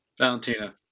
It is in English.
Valentina